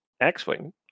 X-Wing